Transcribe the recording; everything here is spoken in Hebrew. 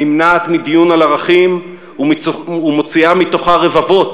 הנמנעת מדיון על ערכים ומוציאה מתוכה רבבות